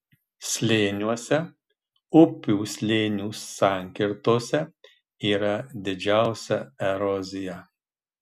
slėniuose upių slėnių sankirtose yra didžiausia erozija